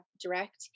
direct